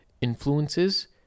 influences